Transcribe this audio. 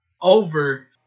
over